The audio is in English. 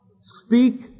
Speak